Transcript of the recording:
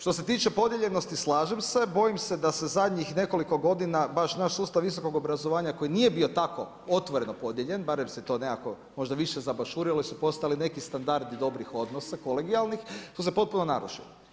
Što se tiče podijeljenosti slažem se, bojim se da se zadnjih nekoliko godina, baš naš sustav visokog obrazovanja, koji nije bio tako ostvareno podijeljen, barem se to nekako možda više zabašurilo, su postali neki standardi dobrih odnosa, kolegijalnih, šte se potpuno narušilo.